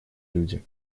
люди